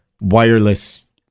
wireless